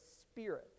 Spirit